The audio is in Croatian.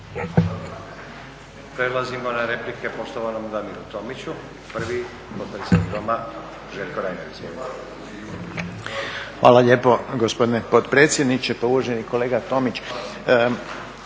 Hvala lijepo gospodine potpredsjedniče. Pa uvaženi kolega